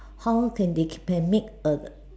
how can they keep and make a